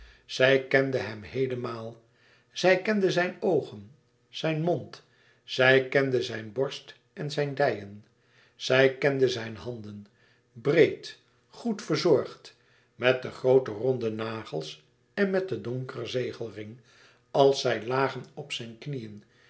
zij kende hem heelemaal zij kende zijn oogen zijn mond zij kende zijn borst en zijn dijen zij kende zijn handen breed goed verzorgd met de groote ronde nagels en met den donkeren zegelring als zij lagen op zijn knieën